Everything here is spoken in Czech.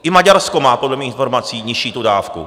I Maďarsko má podle mých informací nižší tu dávku.